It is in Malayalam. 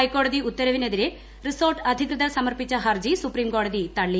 ഹൈക്കോടതി ഉത്തരവിനെതിരെ റിസോർട്ട് അധികൃതർ സമർപ്പിച്ച ഹർജി സുപ്രീംകോടതി തള്ളി